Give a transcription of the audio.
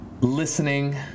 listening